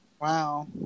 Wow